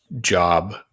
job